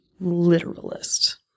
literalist